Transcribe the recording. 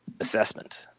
assessment